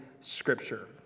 Scripture